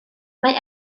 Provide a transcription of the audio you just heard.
mae